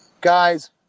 Guys